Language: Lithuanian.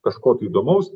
kažko tai įdomaus